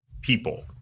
people